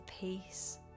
peace